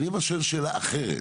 אבל אני שואל שאלה אחרת,